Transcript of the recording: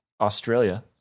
Australia